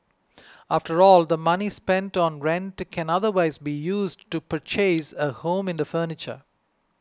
after all the money spent on rent can otherwise be used to purchase a home in the future